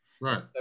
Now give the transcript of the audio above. Right